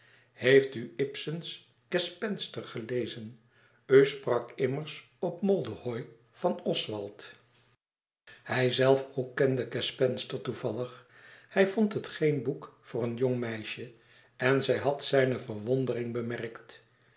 heeft u ibsens gespenster gelezen u sprak immers op moldehoï van oswald hijzelf ook kende gespenster toevallig hij vond het geen boek voor een jong meisje en zij had zijne verwondering bemerkt